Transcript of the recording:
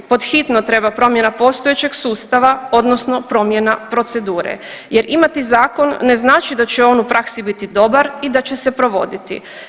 Pod hitno treba promjena postojećeg sustava odnosno promjena procedure jer imati zakon ne znači da će on u praksi biti dobar i da će se provoditi.